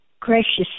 Gracious